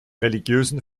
religiösen